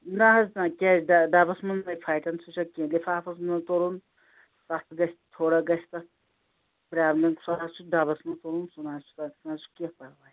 نہ حظ نہ کیازِ ڈَ ڈَبس منٛزَے پھَٹَن سُہ سُہ چھَ کینٛہہ لِفافَس منٛز تُلُن تَتھ گژھِ تھوڑا گژھِ تَتھ پرٛابلِم سُہ حظ چھِ ڈَبَس منٛز تُلُن سُہ نہ حظ چھِ تَتھ نہ حظ کینٛہہ پَرواے